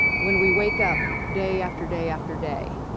when we wake up, day, after day, after day,